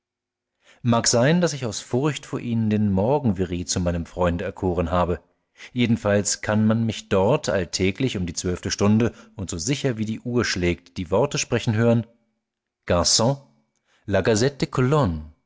mag sein daß ich aus furcht vor ihnen den morgen very zu meinem freunde erkoren habe jedenfalls kann man mich dort alltäglich um die zwölfte stunde und so sicher wie die uhr schlägt die worte sprechen hören